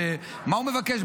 מה הוא מבקש?